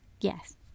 yes